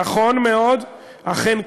נכון מאוד, אכן כך.